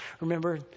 Remember